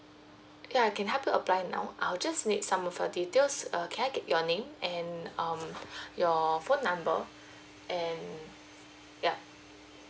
ya I can help you apply now I'll just need some of your details err can I get your name and um your phone number and yup